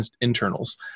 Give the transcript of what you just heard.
internals